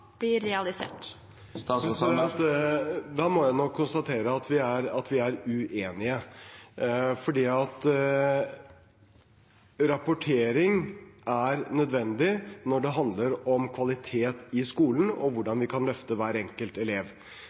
blir realisert? Da må jeg nok konstatere at vi er uenige, for rapportering er nødvendig når det handler om kvalitet i skolen og hvordan vi kan løfte hver enkelt elev.